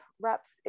reps